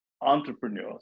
entrepreneurs